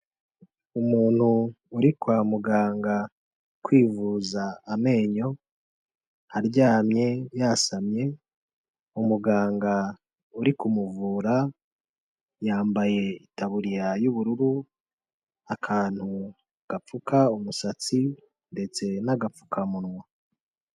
Umuntu uri kwa muganga kwivuza amenyo, aryamye yasamye, umuganga uri kumuvura yambaye itaburiya y'ubururu, akantu gapfuka umusatsi, ndetse n'agapfukamunwa.